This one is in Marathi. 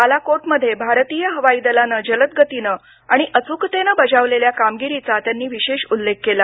बालाकोटमध्ये भारतीय हवाई दलानं जलद गतीनं आणि अचूकतेनं बजावलेल्या कामगिरीचा त्यांनी विशेष उल्लेख केला